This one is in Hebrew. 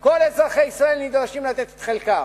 כל אזרחי ישראל נדרשים לתת את חלקם,